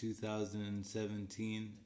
2017